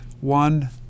one